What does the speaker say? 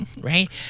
right